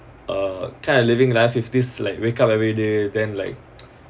uh kind of living lah if this like wake up everyday then like